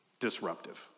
disruptive